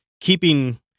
Keeping